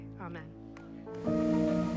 Amen